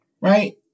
right